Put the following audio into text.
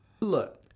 look